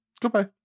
Goodbye